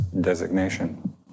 designation